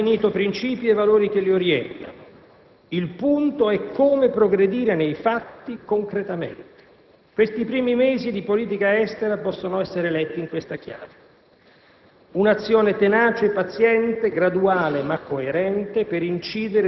Abbiamo fissato degli obiettivi chiari nel programma dell'Unione; abbiamo definito i principi e i valori che li orientano. Il punto è come progredire nei fatti concretamente. Questi primi mesi di politica estera possono essere letti in questa chiave: